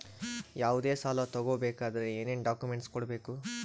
ಯಾವುದೇ ಸಾಲ ತಗೊ ಬೇಕಾದ್ರೆ ಏನೇನ್ ಡಾಕ್ಯೂಮೆಂಟ್ಸ್ ಕೊಡಬೇಕು?